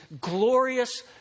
glorious